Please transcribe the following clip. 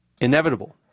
inevitable